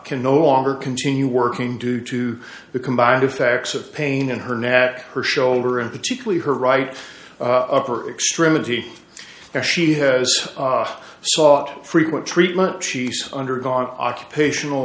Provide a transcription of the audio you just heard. can no longer continue working due to the combined effects of pain in her neck her shoulder and particularly her right of her extremity now she has sought frequent treatment she's undergone occupational